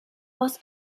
aus